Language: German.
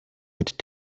mit